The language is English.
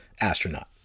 astronaut